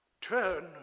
Turn